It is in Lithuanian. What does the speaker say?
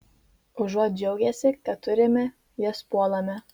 užuot džiaugęsi kad turime jas puolame